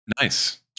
Nice